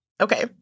Okay